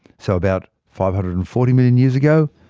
so about five hundred and forty million years ago,